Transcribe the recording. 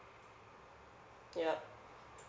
yup